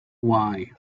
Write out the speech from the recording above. why